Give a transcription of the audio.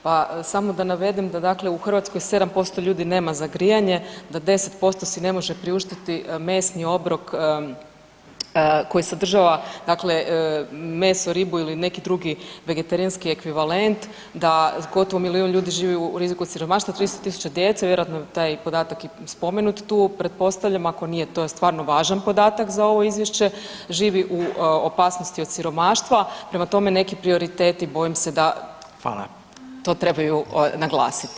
Pa samo da navedem da dakle u Hrvatskoj 7% ljudi nema za grijanje, da 10% si ne može priuštiti mesni obrok koji sadržava dakle meso, ribu ili neki drugi vegetarijanski ekvivalent, da gotovo milijun ljudi živi u riziku od siromaštva, 30 000 djece, vjerojatno je taj podatak i spomenut tu, pretpostavljam, ako nije, to je stvarno važan podatak za ovo izvješće, živi u opasnosti od siromaštva, prema tome neki prioriteti bojim se da to trebaju naglasiti.